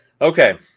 Okay